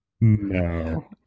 No